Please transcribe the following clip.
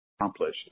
accomplished